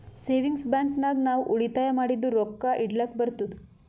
savings bank ನಾಗ್ ನಾವ್ ಉಳಿತಾಯ ಮಾಡಿದು ರೊಕ್ಕಾ ಇಡ್ಲಕ್ ಬರ್ತುದ್